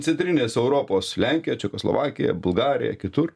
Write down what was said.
centrinės europos lenkija čekoslovakija bulgarija kitur